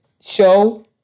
show